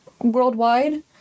worldwide